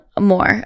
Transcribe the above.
more